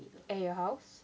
at your house